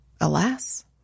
Alas